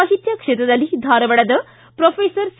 ಸಾಹಿತ್ಯ ಕ್ಷೇತ್ರದಲ್ಲಿ ಧಾರವಾಡದ ಪ್ರೊಫೆಸರ್ ಸಿ